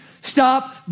Stop